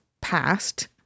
passed